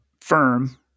firm